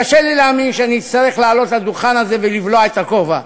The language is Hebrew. קשה לי להאמין שאני אצטרך לעלות לדוכן הזה ולבלוע את הכובע.